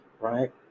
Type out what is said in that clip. right